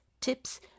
tips